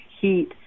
heat